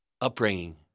Upbringing